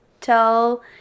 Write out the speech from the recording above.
tell